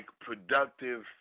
productive